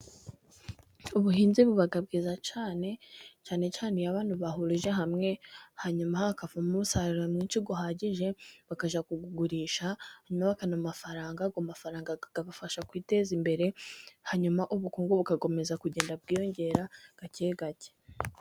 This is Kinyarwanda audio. Ubuhinzi buba bwiza cyane ,cyane cyane iyo abantu bahurije hamwe, hanyuma hakavamo umusaruro mwinshi uhagije, bakajya kugurisha no bakabona amafaranga ,ayo mafaranga akabafasha mu kwiteza imbere ,hanyuma ubukungu bugakomeza kugenda bwiyongera gake gake.